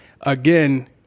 again